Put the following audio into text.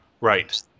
Right